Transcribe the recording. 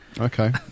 Okay